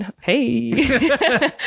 hey